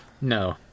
No